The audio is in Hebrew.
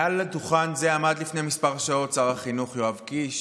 מעל דוכן זה עמד לפני כמה שעות שר החינוך יואב קיש